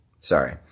Sorry